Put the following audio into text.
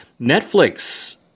Netflix